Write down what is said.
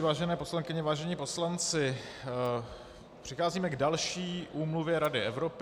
Vážené poslankyně, vážení poslanci, přicházíme k další úmluvě Rady Evropy.